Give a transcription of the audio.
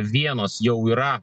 vienos jau yra